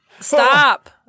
Stop